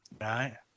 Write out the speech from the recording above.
Right